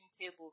table